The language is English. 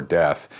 death